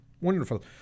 Wonderful